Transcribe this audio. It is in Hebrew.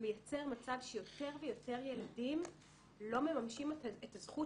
מייצר מצב שיותר ויותר ילדים לא ממשים את הזכות